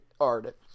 artist